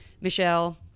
Michelle